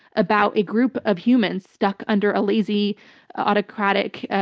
about a group of humans stuck under a lazy autocratic,